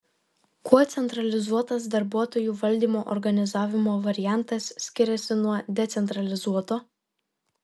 kuo centralizuotas darbuotojų valdymo organizavimo variantas skiriasi nuo decentralizuoto